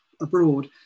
abroad